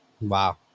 wow